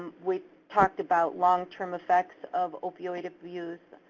we talked about long term effects of opioid abuse,